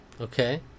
Okay